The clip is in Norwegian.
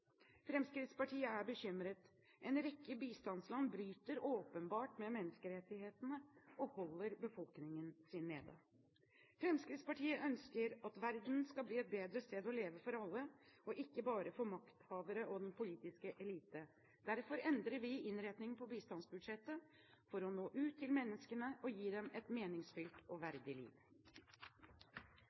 Fremskrittspartiet er bekymret, en rekke bistandsland bryter åpenbart med menneskerettighetene og holder sin befolkning nede. Fremskrittspartiet ønsker at verden skal bli et bedre sted å leve for alle og ikke bare for makthaverne og den politiske elite. Derfor endrer vi innretningen på bistandsbudsjettet, for å nå ut til menneskene og gi dem et meningsfylt og verdig liv.